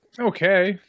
Okay